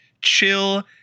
chill